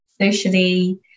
socially